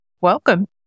Welcome